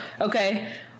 okay